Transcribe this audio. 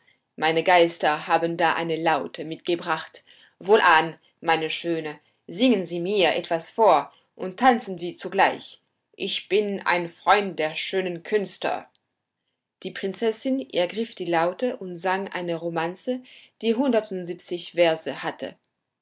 meine geister haben da eine laute mitgebracht wohlan meine schöne singen sie mir etwas vor und tanzen sie zugleich ich bin ein freund der schönen künste die prinzessin ergriff die laute und sang eine romanze die hundertundsiebzig verse hatte